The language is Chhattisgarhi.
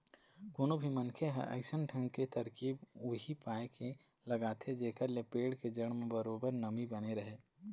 कोनो भी मनखे ह अइसन ढंग के तरकीब उही पाय के लगाथे जेखर ले पेड़ के जड़ म बरोबर नमी बने रहय